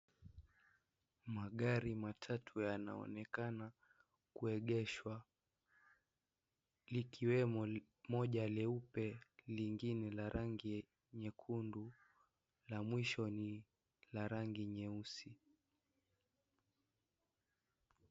Magari matatu yanaonekana kuegeshwa. Likiwemo ni moja leupe, lingine ya rangi ya nyekundu la mwisho ni la rangi nyeusi.